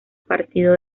partido